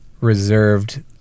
reserved